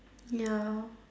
ya